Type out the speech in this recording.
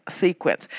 sequence